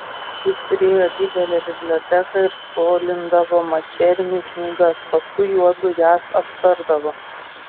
jis turėjo didelę biblioteką ir skolindavo mačerniui knygas paskui juodu jas aptardavo